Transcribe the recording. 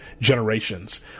generations